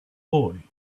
boy